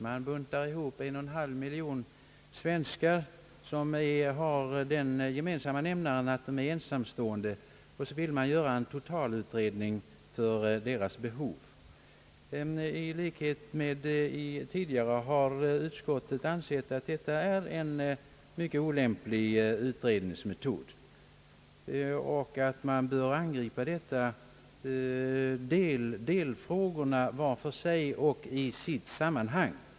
Man buntar ihop 1,5 miljon svenskar som har den gemensamma nämnaren att de är ensamstående, och så vill man göra en totalutredning av deras behov. Liksom tidigare har utskottet ansett att detta är en mycket olämplig utredningsmetod och att man bör angripa delfrågorna var för sig och i sitt sammanhang.